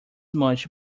much